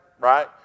right